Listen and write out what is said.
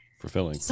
fulfilling